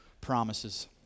promises